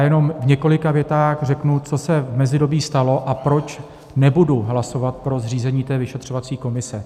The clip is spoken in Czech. Jenom v několika větách řeknu, co se v mezidobí stalo a proč nebudu hlasovat pro zřízení té vyšetřovací komise.